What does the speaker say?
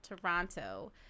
toronto